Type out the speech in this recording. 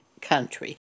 country